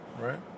right